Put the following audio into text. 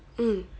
mm